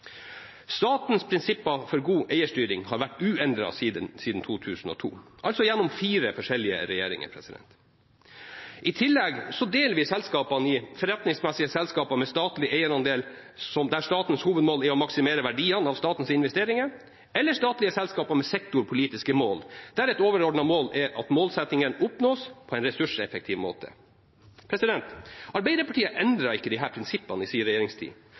Statens prinsipper for god eierstyring har vært uendret siden 2002, altså gjennom fire forskjellige regjeringer. I tillegg deler vi selskapene i forretningsmessige selskaper med statlig eierandel, der statens hovedmål er å maksimere verdiene av statens investeringer, og statlige selskaper med sektorpolitiske mål, der et overordnet mål er at målsettingen oppnås på en ressurseffektiv måte. Arbeiderpartiet endret ikke disse prinsippene i sin regjeringstid,